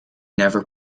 never